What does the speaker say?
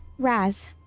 Raz